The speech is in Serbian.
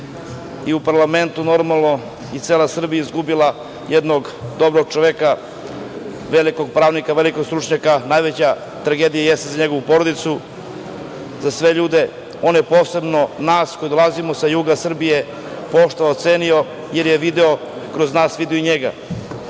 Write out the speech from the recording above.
i u parlamentu normalno, i cela Srbija je izgubila jednog dobrog čoveka, velikog pravnika, velikog stručnjaka. Najveća tragedija jeste za njegovu porodicu, za sve ljude. On je posebno nas koji dolazimo sa juga Srbije je poštovao i cenio, jer je video kroz nas i njega.